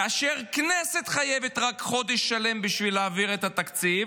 כאשר רק הכנסת חייבת חודש שלם בשביל להעביר את התקציב.